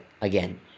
again